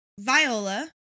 Viola